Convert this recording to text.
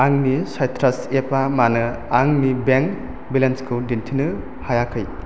आंनि साइट्रास एपा मानो आंनि बेंक बेलेन्सखौ दिन्थिनो हायाखै